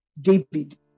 David